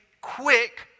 quick